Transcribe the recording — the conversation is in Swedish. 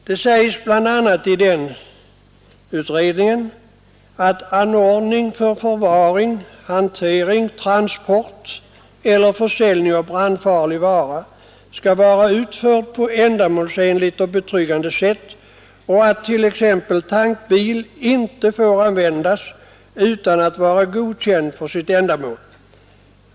I den utredningen sägs bl.a. att anordning för förvaring, hantering, transport eller försäljning av brandfarlig vara skall vara utförd på ändamålsenligt och betryggande sätt och att t.ex. tankbil inte får användas utan att vara godkänd för sitt ändamål.